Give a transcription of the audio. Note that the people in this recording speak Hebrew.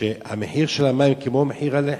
שמחיר המים כמו מחיר הלחם,